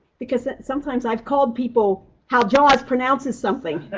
because sometimes i've called people how jaws pronounces something.